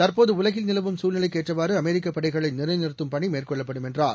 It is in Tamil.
தற்போது உலகில் நிலவும் சூழ்நிலைக்கேற்றவாறு அமெரிக்க படைகளை நிலைநிறுத்தும் பணி மேற்கொள்ளப்படும் என்றார்